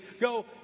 go